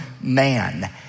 man